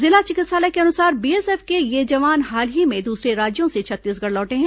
जिला चिकित्सालय के अनुसार बीएसएफ के ये जवान हाल ही में दूसरे राज्यों से छत्तीसगढ़ लौटे हैं